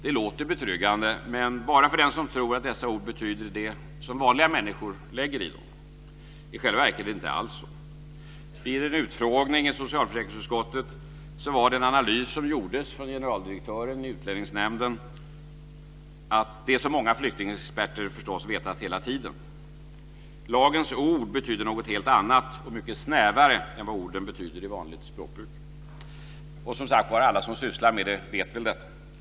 Det låter betryggande, men bara för den som tror att dessa ord betyder det som vanliga människor lägger i dem. I själva verket är det inte alls så. Vid en utfrågning i socialförsäkringsutskottet gjorde generaldirektören i Utlänningsnämnden en analys som visade det som många flyktingexperter vetat hela tiden. Lagens ord betyder något helt annat och mycket snävare än vad orden betyder i vanligt språkbruk. Alla som sysslar med det vet väl detta.